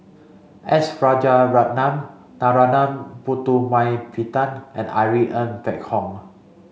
S Rajaratnam Narana Putumaippittan and Irene Ng Phek Hoong